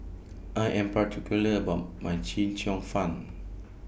I Am particular about My Chee Cheong Fun